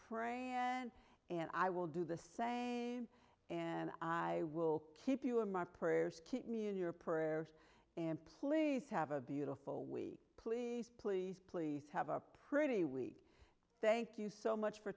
man and i will do the same and i will keep you in my prayers keep me in your prayers and please have a beautiful week please please please have a pretty week thank you so much for